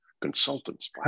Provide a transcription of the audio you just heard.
consultants